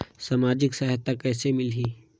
समाजिक सहायता कइसे मिलथे?